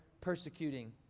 persecuting